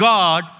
God